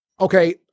Okay